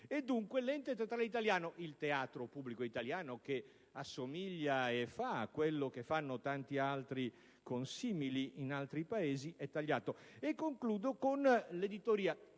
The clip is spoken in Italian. Dunque, l'Ente teatrale italiano, il teatro pubblico italiano, che assomiglia e fa quello che fanno tanti altri consimili in altri Paesi, è tagliato.